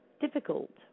Difficult